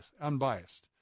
unbiased